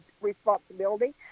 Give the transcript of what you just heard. responsibility